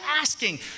asking